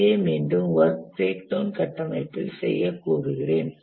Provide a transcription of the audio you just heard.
அதையே மீண்டும் work breakdown கட்டமைப்பில் செய்ய கூறுகிறேன்